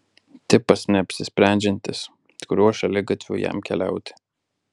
tipas neapsisprendžiantis kuriuo šaligatviu jam keliauti